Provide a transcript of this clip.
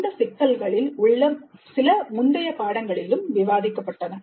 இந்த சிக்கல்கள சில முந்தைய பாடங்களிலும் விவாதிக்கப்பட்டன